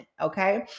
okay